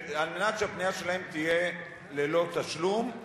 כדי שהפנייה שלהם תהיה ללא תשלום,